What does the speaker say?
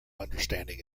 understanding